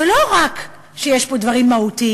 זה לא רק שיש פה דברים מהותיים,